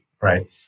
right